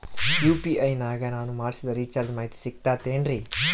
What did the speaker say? UPI ನಾಗ ನಾನು ಮಾಡಿಸಿದ ರಿಚಾರ್ಜ್ ಮಾಹಿತಿ ಸಿಗುತೈತೇನ್ರಿ?